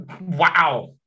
Wow